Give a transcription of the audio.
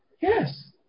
Yes